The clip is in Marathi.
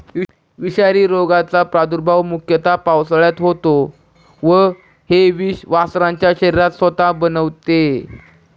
विषारी रोगाचा प्रादुर्भाव मुख्यतः पावसाळ्यात होतो व हे विष वासरांचे शरीर स्वतः बनवते